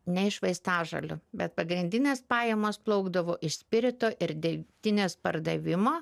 ne iš vaistažolių bet pagrindinės pajamos plaukdavo iš spirito ir degtinės pardavimo